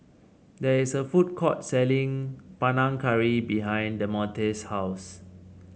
there is a food court selling Panang Curry behind Demonte's house